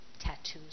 Tattoos